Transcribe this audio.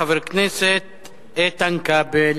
חבר הכנסת איתן כבל.